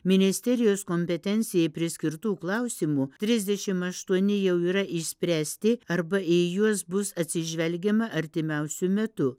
ministerijos kompetencijai priskirtų klausimų trisdešim aštuoni jau yra išspręsti arba į juos bus atsižvelgiama artimiausiu metu